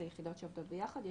זה יחידות שעובדות ביחד,